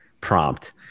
prompt